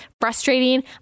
frustrating